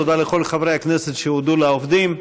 תודה לכל חברי הכנסת שהודו לעובדים.